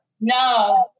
No